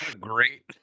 Great